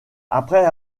après